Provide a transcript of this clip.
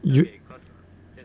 you